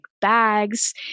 bags